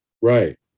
right